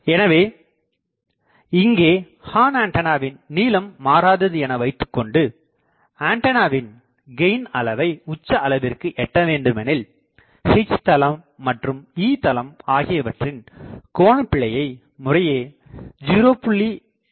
எனவே இங்கே ஹார்ன்ஆண்டனாவின் நீளம் மாறாது என வைத்துக்கொண்டு ஆண்டனாவின் கெயின் அளவை உச்சஅளவிற்கு எட்ட வேண்டுமெனில் H தளம் மற்றும் E தளம் ஆகியவற்றின் கோணபிழை முறையே 0